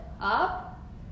up